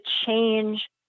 change